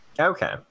Okay